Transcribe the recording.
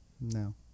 No